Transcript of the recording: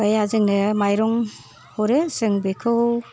बाया जोंनो माइरं हरो जों बेखौ